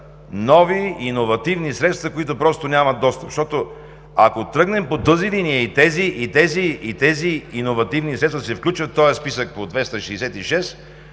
нови иновативни средства, до които просто нямат достъп. Ако тръгнем по тази линия и тези иновативни средства се включат в списъка по чл.